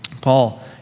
Paul